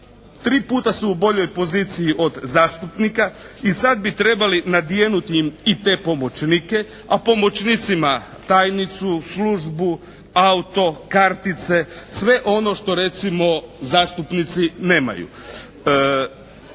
Tri puta su u boljoj poziciji od zastupnika i sad bi trebali nadjenuti im i te pomoćnike a pomoćnicima tajnicu, službu, auto, kartice. Sve ono što recimo zastupnici nemaju.